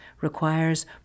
requires